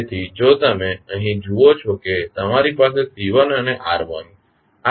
તેથી જો તમે અહીં જુઓ કે તમારી પાસે C1 અને R1 આ સમાંતર માં છે